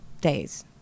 days